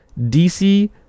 DC